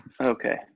Okay